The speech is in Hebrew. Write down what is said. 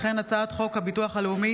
הצעת חוק הביטוח הלאומי